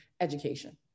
education